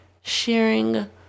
sharing